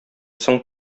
соң